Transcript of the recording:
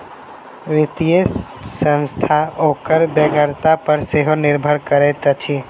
वित्तीय संस्था ओकर बेगरता पर सेहो निर्भर करैत अछि